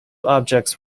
objects